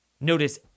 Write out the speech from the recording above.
Notice